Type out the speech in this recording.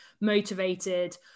motivated